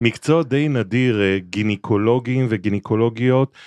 מקצוע די נדיר, גינקולוגים וגינקולוגיות